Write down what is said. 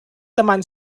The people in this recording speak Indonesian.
teman